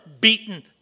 beaten